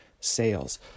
sales